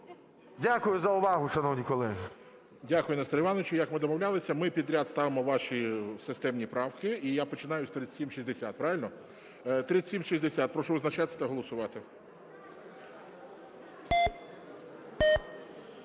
Дякую за увагу, шановні колеги. ГОЛОВУЮЧИЙ. Дякую, Несторе Івановичу. Як ми домовлялися, ми підряд ставимо ваші системні правки. І я починаю з 3760, правильно? 3760. Прошу визначатися та голосувати.